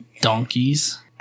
donkeys